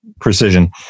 precision